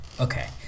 okay